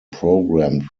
programmed